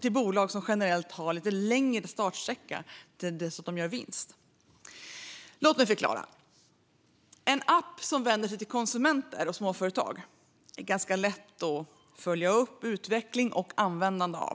till bolag som generellt har lite längre startsträcka till dess att de gör vinst. Låt mig förklara: En app som vänder sig till konsumenter och småföretag är ganska lätt att följa upp i fråga om utveckling och användande.